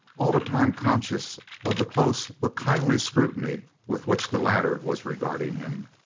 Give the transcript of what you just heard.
all the time conscious of the close but kindly scrutiny with which the latter was regarding him.